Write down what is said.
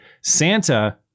Santa